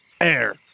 air